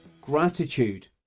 Gratitude